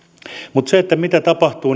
mutta mitä tapahtuu